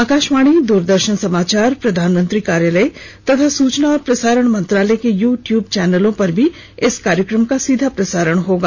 आकाशवाणी द्रदर्शन समाचार प्रधानमंत्री कार्यालय तथा सूचना और प्रसारण मंत्रालय के यू ट्यूब चौनलों पर भी इस कार्यक्रम का सीधा प्रसारण होगा